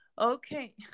okay